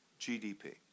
GDP